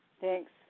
Thanks